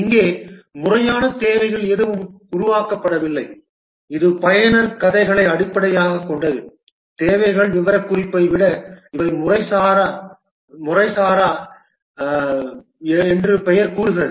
இங்கே முறையான தேவைகள் எதுவும் உருவாக்கப்படவில்லை இது பயனர் கதைகளை அடிப்படையாகக் கொண்டது தேவைகள் விவரக்குறிப்பை விட இவை முறைசாராவை என்று பெயர் கூறுகிறது